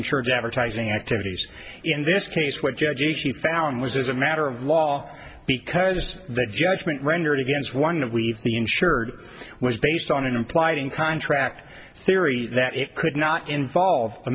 insurance advertising activities in this case what jeje she found was as a matter of law because the judgment rendered against one of we've the insured was based on an implied in contract theory that it could not involve a